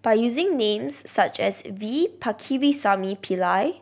by using names such as V Pakirisamy Pillai